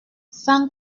sans